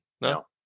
No